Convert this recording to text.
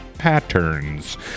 patterns